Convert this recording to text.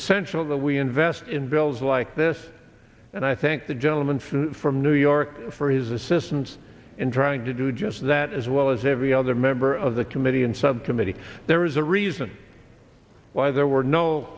essential that we invest in bills like this and i thank the gentleman from from new york for his assistance in trying to do just that as well as every other member of the committee and subcommittee there is a reason why there were no